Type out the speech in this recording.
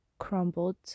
crumbled